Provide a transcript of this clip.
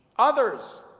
others